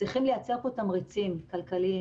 צריכים לייצר פה תמריצים כלכליים,